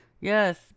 Yes